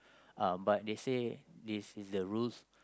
uh but they say this is the rules